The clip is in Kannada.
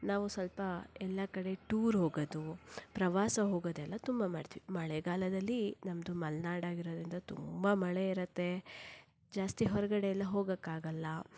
ನಾವು ಸ್ವಲ್ಪ ಎಲ್ಲ ಕಡೆ ಟೂರ್ ಹೋಗೋದು ಪ್ರವಾಸ ಹೋಗೋದೆಲ್ಲ ತುಂಬ ಮಾಡ್ತೀವಿ ಮಳೆಗಾಲದಲ್ಲಿ ನಮ್ಮದು ಮಲೆನಾಡಾಗಿರೋದ್ರಿಂದ ತುಂಬ ಮಳೆ ಇರುತ್ತೆ ಜಾಸ್ತಿ ಹೊರಗಡೆ ಎಲ್ಲ ಹೋಗೋಕ್ಕಾಗೋಲ್ಲ